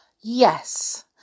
Yes